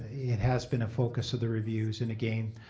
it has been a focus of the reviews. and, again,